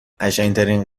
قشنگترین